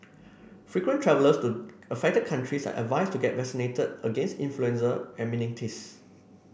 frequent travellers to affected countries are advised to get vaccinated against influenza and meningitis